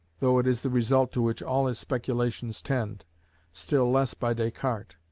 though it is the result to which all his speculations tend still less by descartes.